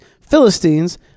Philistines